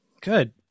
Good